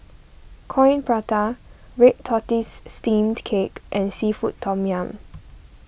Coin Prata Red Tortoise Steamed Cake and Seafood Tom Yum